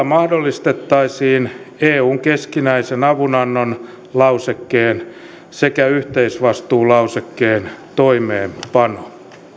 mahdollistettaisiin eun keskinäisen avunannon lausekkeen sekä yhteisvastuulausekkeen toimeenpano